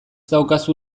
daukazu